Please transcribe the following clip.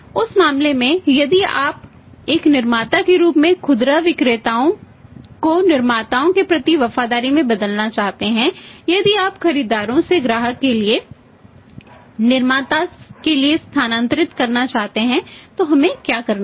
उस मामले में अब यदि आप एक निर्माता के रूप में खुदरा विक्रेताओं को निर्माताओं के प्रति वफादारी में बदलना चाहते हैं यदि आप खरीदारों से ग्राहक के लिए निर्माता के लिए स्थानांतरित करना चाहते हैं तो हमें क्या करना है